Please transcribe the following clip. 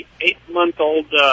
eight-month-old